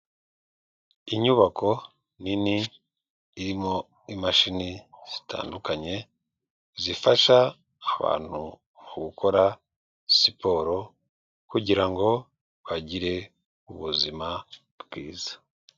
Inyubako nini irimo imashini zitandukanye zifasha abantu gukora siporo kugira ngo bagire ubuzima bwiza.